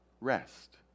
rest